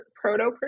proto